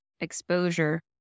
exposure